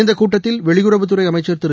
இந்தக் கூட்டத்தில் வெளியுறவுத் துறை அமைச்சர் திரு